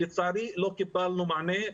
לצערי, לא קיבלנו מענה.